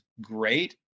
great